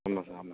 ஆமாம் சார் ஆமாம்